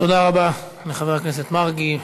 תודה רבה לחבר הכנסת מרגי.